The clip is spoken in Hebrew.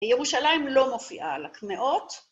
‫וירושלים לא מופיעה על הקמעות.